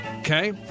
Okay